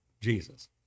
Jesus